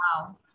Wow